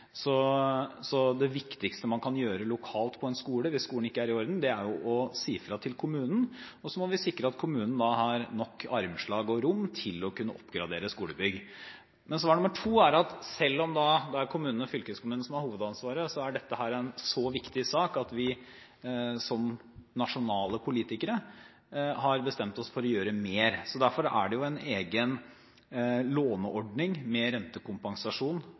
så det viktigste man kan gjøre lokalt på en skole hvis skolen ikke er i orden, er å si fra til kommunen. Så må vi sikre at kommunen har nok armslag og rom til å kunne oppgradere skolebygg. Men svar nummer to er at selv om det er kommunen og fylkeskommunen som har hovedansvaret, er dette en så viktig sak at vi som nasjonale politikere har bestemt oss for å gjøre mer. Derfor er det en egen låneordning med rentekompensasjon